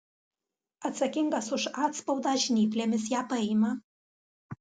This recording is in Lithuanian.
atsakingas už atspaudą žnyplėmis ją paima